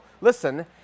listen